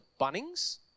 bunnings